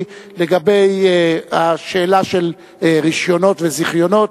לגבי השאלה של רשיונות וזיכיונות.